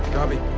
copy.